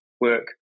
work